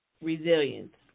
resilience